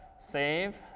save,